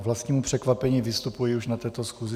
K vlastnímu překvapení vystupuji už na této schůzi.